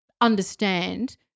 understand